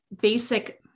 basic